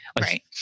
Right